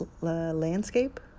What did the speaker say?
landscape